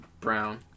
Brown